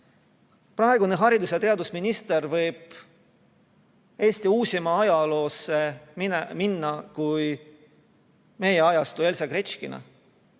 praegune haridus- ja teadusminister võib Eesti uusimasse ajalukku minna kui meie ajastu Elsa Gretškina.